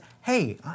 hey